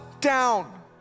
down